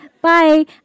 bye